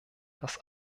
das